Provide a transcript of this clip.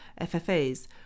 FFAs